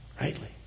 rightly